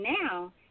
now